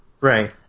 right